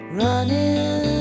running